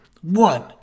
one